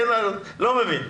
לא מבין.